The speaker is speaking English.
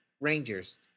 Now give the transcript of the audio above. rangers